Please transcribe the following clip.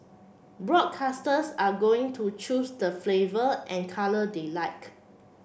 broadcasters are going to choose the flavour and colour they like